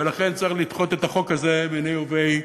ולכן צריך לדחות את החוק הזה מיניה וביה,